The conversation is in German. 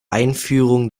einführung